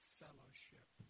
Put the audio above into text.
fellowship